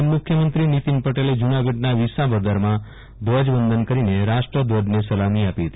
નાયબ મુખ્યમંત્રી નીતીન પટેલે જુનાગઢના વિસાવદરમાં ધ્વજવંદન કરીને રાષ્ટ્ર ધ્વજને સલામી આપી હતી